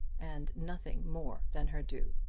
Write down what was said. and nothing more than her due!